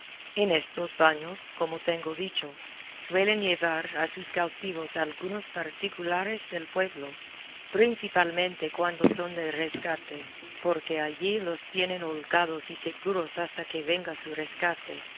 en estos baños como tengo dicho suelen llevar a sus cautivos algunos particulares del pueblo principalmente cuando son de rescate porque allí los tienen holgados y seguros hasta que venga su rescate